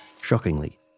Shockingly